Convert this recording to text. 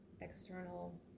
external